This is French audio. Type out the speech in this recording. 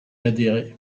adhérer